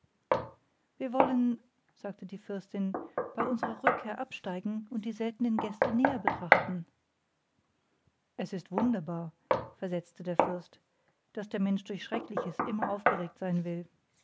wir wollen sagte die fürstin bei unserer rückkehr absteigen und die seltenen gäste näher betrachten es ist wunderbar versetzte der fürst daß der mensch durch schreckliches immer aufgeregt sein will